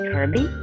Kirby